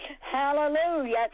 Hallelujah